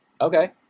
Okay